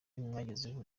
mwagezeho